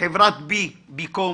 חברת בי-קום,